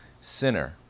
sinner